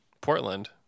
Portland